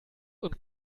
und